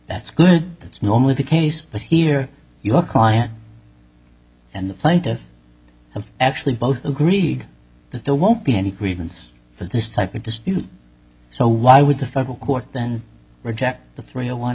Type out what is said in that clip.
that's good that's normally the case but here your client and the plaintiff and actually both agreed that there won't be any grievance for this type of dispute so why would the federal court then reject the three